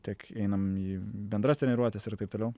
tik einam į bendras treniruotes ir taip toliau